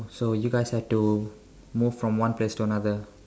so you guys like to move from one place to another